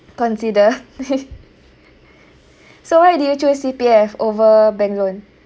consider so why did you choose C_P_F over bank loan